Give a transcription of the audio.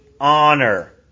honor